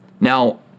Now